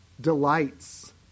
delights